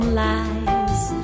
lies